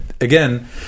again